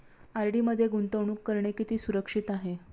RD मध्ये गुंतवणूक करणे किती सुरक्षित आहे?